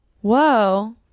Whoa